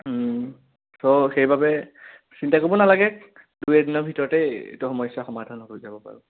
চ' সেইবাবে চিন্তা কৰিব নালাগে দুই এদিনৰ ভিতৰতেই এইটো সমস্যা সমাধান হৈ যাব বাৰু